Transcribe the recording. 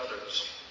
others